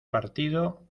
partido